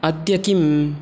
अद्य किम्